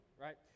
right